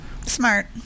Smart